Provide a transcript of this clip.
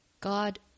god